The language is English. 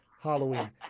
Halloween